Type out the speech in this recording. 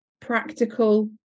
Practical